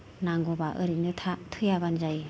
नांगौब्ला ओरैनो था थैयाब्लानो जायो